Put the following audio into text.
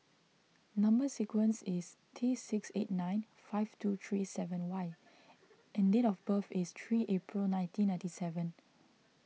Number Sequence is T six eight nine five two three seven Y and date of birth is three April nineteen ninety seven